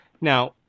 Now